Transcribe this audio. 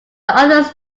others